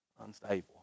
Unstable